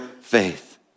faith